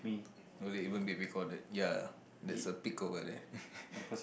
will it even be recorded ya there's a big over there